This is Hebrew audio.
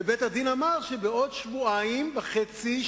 ובית-הדין אמר שבעוד שבועיים וחצי,